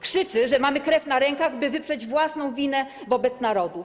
Krzyczy, że mamy krew na rękach, by wyprzeć własną winę wobec narodu.